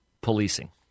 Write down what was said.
policing